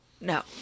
no